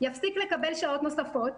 יפסיק לקבל שעות נוספות,